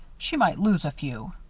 she might lose a few.